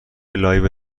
لایو